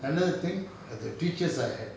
another thing the teachers I had